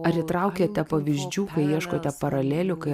ar įtraukiate pavyzdžių kai ieškote paralelių kai